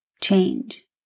change